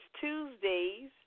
Tuesdays